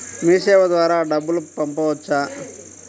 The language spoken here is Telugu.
మీసేవ ద్వారా డబ్బు పంపవచ్చా?